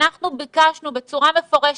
אנחנו ביקשנו בצורה מפורשת.